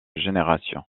générations